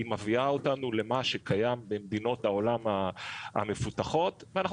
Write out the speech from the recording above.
היא מביאה אותנו למה שקיים במדינות העולם המפותחות ואנחנו